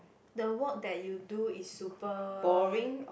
the work that you do is super